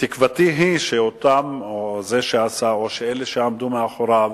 תקוותי היא שזה שעשה את המעשה או אלה שעמדו מאחוריו,